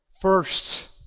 first